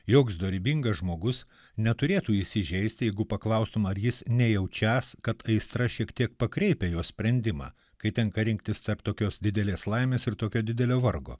joks dorybingas žmogus neturėtų įsižeisti jeigu paklaustum ar jis nejaučiąs kad aistra šiek tiek pakreipia jo sprendimą kai tenka rinktis tarp tokios didelės laimės ir tokio didelio vargo